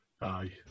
Aye